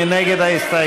מי נגד ההסתייגות?